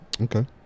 Okay